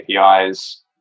APIs